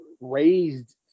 raised